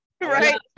right